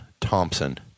Thompson